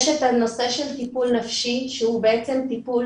יש את הנושא של טיפול נפשי שהוא בעצם טיפול